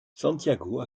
santiago